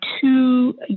two